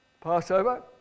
Passover